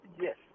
yes